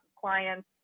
clients